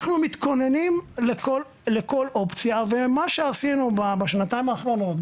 אנחנו מתכוננים לכל אופציה ומה שעשינו בשנתיים האחרונות,